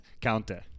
counter